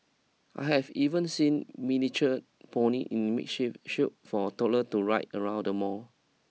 I have even seen miniature ponies in makeshift shield for toddlers to ride around the mall